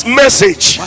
message